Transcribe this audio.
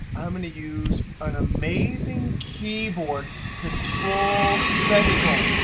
i'm going to use an amazing keyboard control semi-colon.